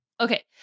Okay